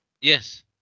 Yes